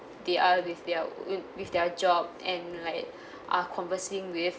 they are with their with their job and like uh conversing with